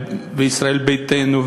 ישראל ביתנו,